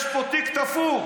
יש פה תיק תפור.